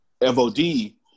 FOD